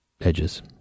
edges